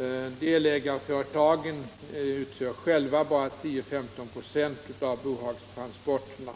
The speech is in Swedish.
m.m. Del: I ägarföretagen utför själva endast 10-15 26 av bohagstransporterna.